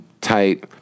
tight